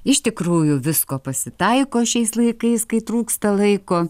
iš tikrųjų visko pasitaiko šiais laikais kai trūksta laiko